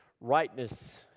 rightness